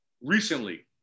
recently